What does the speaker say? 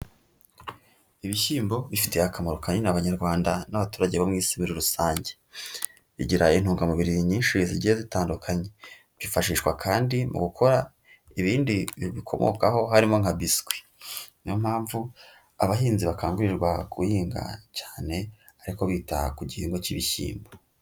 Ibishyimbo bifitiye akamaro kanini abanyarwanda, n'abaturage bo mu isi muri rusange, bigira intungamubiri nyinshi zigiye zitandukanye, byifashishwa kandi mu gukora ibindi bibikomokaho harimo nka biswi, niyo mpamvu abahinzi bakangurirwa guhinga cyane, ariko bita ku gihingwa cy'ibishyimbo.